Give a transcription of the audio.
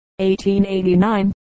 1889